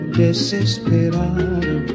desesperado